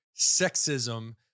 sexism